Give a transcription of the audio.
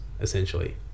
essentially